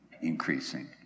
increasing